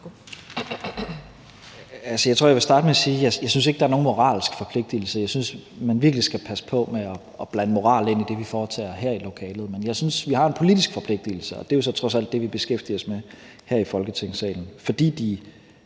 tror, jeg vil starte med at sige, at jeg ikke synes, der er nogen moralsk forpligtelse. Jeg synes virkelig, man skal passe på med at blande moral ind i det, vi foretager os her i lokalet. Men jeg synes, at vi har en politisk forpligtelse – og det er jo så trods alt det, vi beskæftiger os med her i Folketingssalen – fordi de